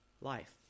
life